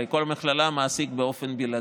הרי כל מכללה היא מעסיק באופן בלעדי.